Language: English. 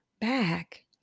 back